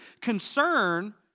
concern